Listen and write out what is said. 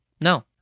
no